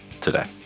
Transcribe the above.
today